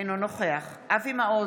אינו נוכח אבי מעוז,